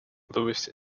louis